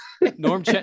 Norm